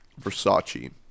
Versace